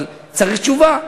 אבל צריך תשובה.